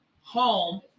home